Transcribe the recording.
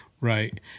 Right